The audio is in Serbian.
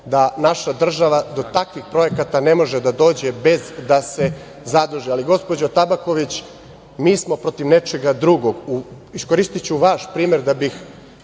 da naša država do takvih projekata ne može da dođe bez da se zaduži. Ali, gospođo Tabaković, mi smo protiv nečega drugog. Iskoristiću vaš primer da bih